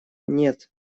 нет